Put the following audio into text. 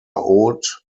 haute